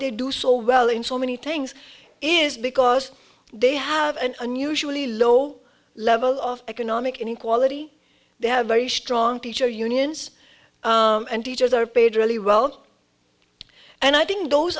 they do so well in so many things is because they have an unusually low level of economic inequality they have very strong teacher unions and teachers are paid really well and i think those